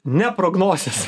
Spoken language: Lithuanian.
ne prognozes